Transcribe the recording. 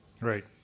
right